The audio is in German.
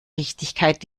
richtigkeit